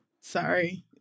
Sorry